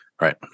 Right